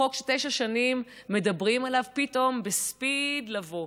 חוק שתשע שנים מדברים עליו, פתאום בספיד לבוא.